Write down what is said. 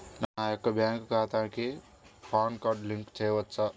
నా యొక్క బ్యాంక్ ఖాతాకి పాన్ కార్డ్ లింక్ చేయవచ్చా?